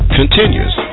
continues